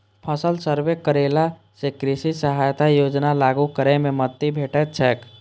फसल सर्वे करेला सं कृषि सहायता योजना लागू करै मे मदति भेटैत छैक